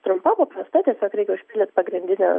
trumpa paprasta tieiog reikia užpildyt pagrindinę